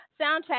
soundtrack